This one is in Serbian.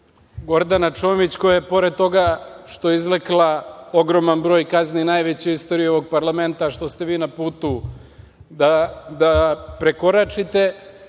Gordana Čomić koja je pored toga što je izrekla ogroman broj kazni, najveći u istoriji u ovog Parlamenta, što ste vi na putu da prekoračite,